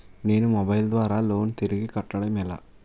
నేను మొబైల్ ద్వారా లోన్ తిరిగి కట్టడం ఎలా?